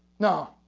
no.